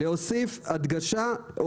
להוסיף הדגשה,